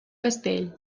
castell